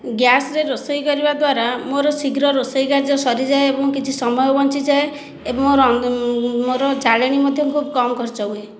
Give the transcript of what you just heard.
ଗ୍ୟାସ୍ରେ ରୋଷେଇ କରିବା ଦ୍ଵାରା ମୋର ଶୀଘ୍ର ରୋଷେଇ କାର୍ଯ୍ୟ ସରିଯାଏ ଏବଂ କିଛି ସମୟ ବଞ୍ଚିଯାଏ ଏବଂ ମୋର ଜାଳେଣୀ ମଧ୍ୟ କମ୍ ଖର୍ଚ୍ଚ ହୁଏ